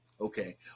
okay